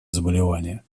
заболевания